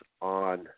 on